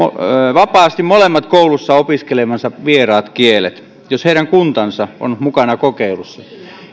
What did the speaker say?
vapaasti molemmat koulussa opiskelemansa vieraat kielet jos heidän kuntansa on mukana kokeilussa